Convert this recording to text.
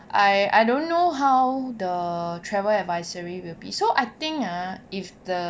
I I don't know how the travel advisory will be so I think ah if the